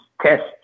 test